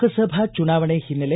ಲೋಕಸಭಾ ಚುನಾವಣೆ ಹಿನ್ನೆಲೆ